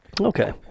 Okay